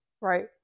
Right